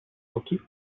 occhi